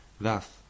Thus